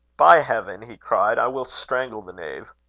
by heaven! he cried, i will strangle the knave.